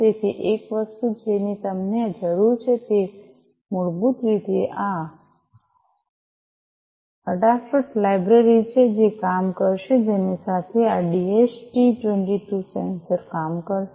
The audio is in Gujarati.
તેથી એક વસ્તુ જેની તમને જરૂર છે તે મૂળભૂત રીતે આ અડાફ્રૂટ લાઇબ્રેરી છે જે કામ કરશે જેની સાથે આ ડીએચટી 22 સેન્સર કામ કરશે